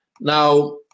Now